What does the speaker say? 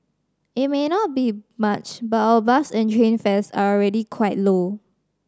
it may not be much but our bus and train fares are already quite low